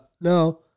no